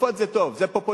הטפות זה טוב, זה פופוליזם,